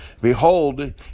Behold